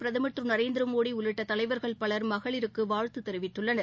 பிரதமர் திரு நரேந்திரமோடி உள்ளிட்ட தலைவர்கள் பலர் மகளிருக்கு வாழ்த்து தெரிவித்துள்ளனர்